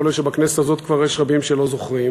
יכול להיות שבכנסת הזאת כבר יש רבים שלא זוכרים,